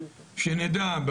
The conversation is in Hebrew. שנדע.